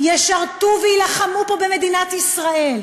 ישרתו ויילחמו פה במדינת ישראל,